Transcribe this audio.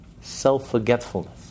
self-forgetfulness